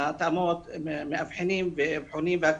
בהתאמות, מאבחנים אבחונים והכל.